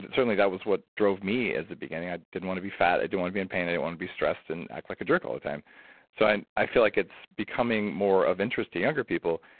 certainly, that was what drove me as a beginning, i didn't want to be fat. i didn't want to be in pain. i didn't want to be stressed and act like a jerk all the time so i i feel like it's becoming more of interest to younger people,